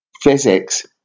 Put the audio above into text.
Physics